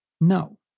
no